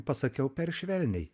pasakiau per švelniai